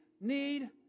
need